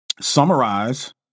summarize